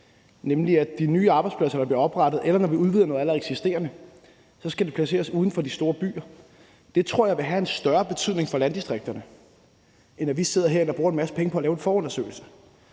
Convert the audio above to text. oprettet nye arbejdspladser, eller når vi udvider noget allerede eksisterende, så skal det placeres uden for de store byer. Det tror jeg vil have en større betydning for landdistrikterne, end at vi sidder herinde og bruger en masse penge på at lave en forundersøgelse.